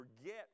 forget